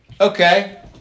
Okay